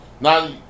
Now